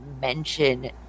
mention